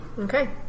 Okay